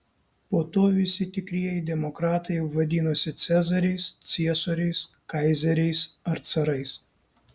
po to visi tikrieji demokratai vadinosi cezariais ciesoriais kaizeriais ar carais